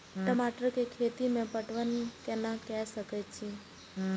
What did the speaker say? टमाटर कै खैती में पटवन कैना क सके छी?